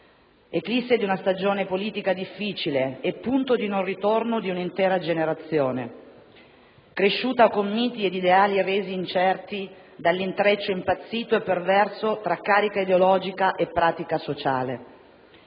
eclisse di una stagione politica difficile e punto di non ritorno di un'intera generazione, cresciuta con miti e ideali resi incerti dall'intreccio impazzito e perverso tra carica ideologica e pratica sociale.